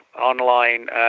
online